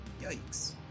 Yikes